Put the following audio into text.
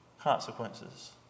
consequences